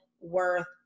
worth